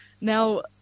Now